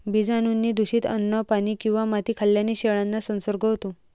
बीजाणूंनी दूषित अन्न, पाणी किंवा माती खाल्ल्याने शेळ्यांना संसर्ग होतो